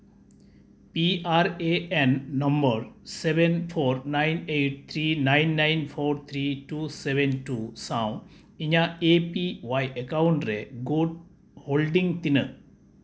P R A N number seven four nine eight three nine nine four three two seven two ᱥᱟᱶ ᱤᱧᱟᱹᱜ A P Y account ᱨᱮ ᱜᱩᱴ holding ᱛᱤᱱᱟᱹᱜ